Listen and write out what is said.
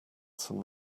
some